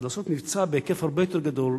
אז לעשות מבצע בהיקף הרבה יותר גדול.